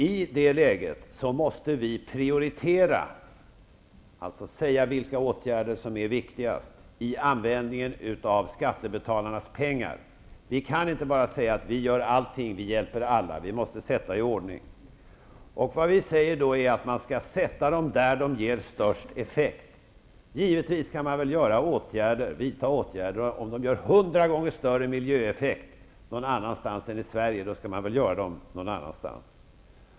I det läget måste vi prioritera, alltså säga vilka åtgärder som är viktigast vid användningen av skattebetalarnas pengar. Vi kan inte bara säga att vi gör allting, vi hjälper alla. Vi måste bestämma oss för en ordning. Det vi säger är att man skall satsa pengarna där de gör den största effekten. Om åtgärder ger hundra gånger större miljöeffekt någon annanstans än i Sverige, skall man givetvis vidta dem någon annanstans.